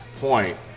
point